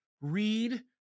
read